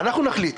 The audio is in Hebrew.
"אנחנו נחליט".